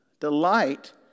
delight